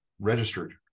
Registered